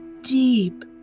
deep